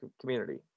community